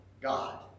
God